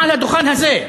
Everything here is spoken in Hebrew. מעל הדוכן הזה.